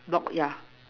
dog ya